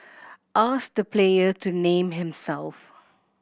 ask the player to name himself